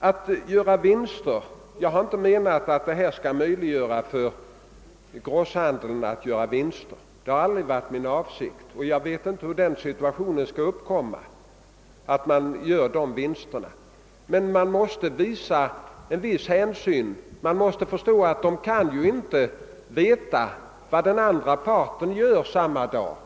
Min avsikt har aldrig varit att här skapa möjligheter för grosshandeln att göra vinster, och jag förstår inte heller hur en sådan situation skulle kunna uppkomma. Man måste dock ta viss hänsyn. Den ena parten kan ju inte veta vad den andra parten gör samma dag.